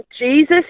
Jesus